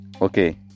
okay